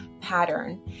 pattern